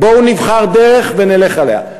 בואו נבחר דרך ונלך עליה,